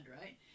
right